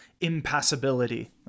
impassibility